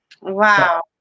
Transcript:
Wow